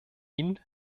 ihn